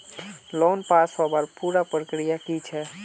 Loan पास होबार पुरा प्रक्रिया की छे?